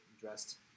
dressed